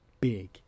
big